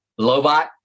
Lobot